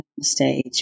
stage